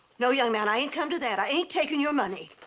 no, young man, i ain't come to that, i ain't taking your money.